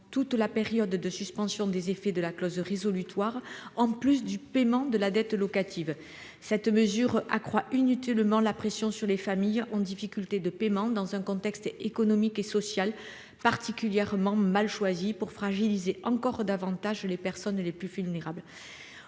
toute la période de suspension des effets de la clause résolutoire en plus du paiement de la dette locative cette mesure accroît inutilement la pression sur les familles en difficulté de paiement, dans un contexte économique et social particulièrement mal choisi pour fragiliser encore davantage les personnes les plus vulnérables